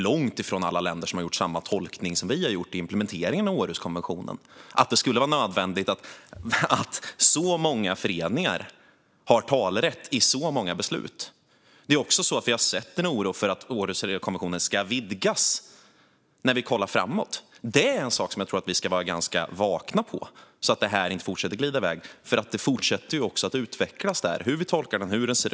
Långt ifrån alla länder har gjort samma tolkning som vi har gjort vad gäller implementeringen av Århuskonventionen, det vill säga att det är nödvändigt att så pass många föreningar har talerätt i väldigt många beslut. Vi har också sett en oro för att Århuskonventionen ska utökas framöver. Det bör vi vara vakna på så att det inte fortsätter att glida iväg. Hur vi tolkar att konventionen ser ut är ju något som fortsätter att utvecklas.